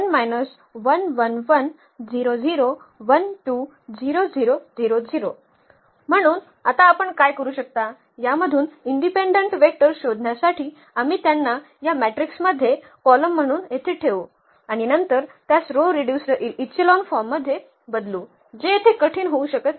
म्हणून आता आपण काय करू शकता यामधून इनडिपेंडंट वेक्टर शोधण्यासाठी आम्ही त्यांना या मॅट्रिक्समध्ये कॉलम म्हणून येथे ठेवू आणि नंतर त्यास रो रिड्युस्ड इचेलॉन फॉर्ममध्ये बदलू जे येथे कठीण होऊ शकत नाही